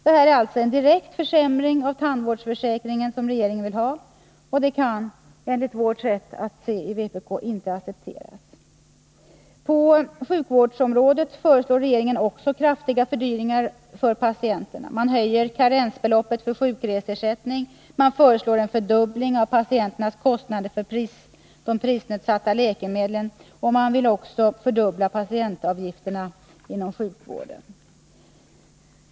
Det är alltså en direkt försämring av statsverksamheten, tandvårdsförsäkringen som regeringen vill ha, och detta kan enligt vpk:s sätt» m. att se inte accepteras. Också på sjukvårdsområdet föreslår regeringen kraftiga fördyringar för patienterna. Man höjer karensbeloppet för sjukersättning, man föreslår en fördubbling av patienternas kostnader för de prisnedsatta läkemedlen och man vill också fördubbla patientavgifterna inom sjukvården.